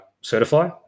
certify